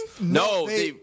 No